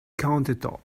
countertop